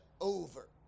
over